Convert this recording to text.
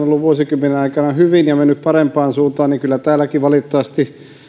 ollut vuosikymmenen aikana hyvin ja mennyt parempaan suuntaan niin kyllä täälläkin valitettavasti